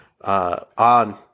on